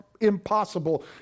impossible